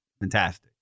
fantastic